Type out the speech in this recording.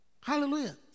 Hallelujah